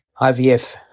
IVF